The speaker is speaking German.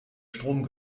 strom